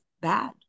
bad